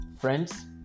Friends